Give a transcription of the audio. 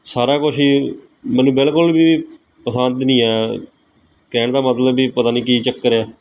ਸਾਰਾ ਕੁਛ ਹੀ ਮੈਨੂੰ ਬਿਲਕੁਲ ਵੀ ਪਸੰਦ ਨਹੀਂ ਆਇਆ ਕਹਿਣ ਦਾ ਮਤਲਬ ਵੀ ਪਤਾ ਨਹੀਂ ਕੀ ਚੱਕਰ ਆ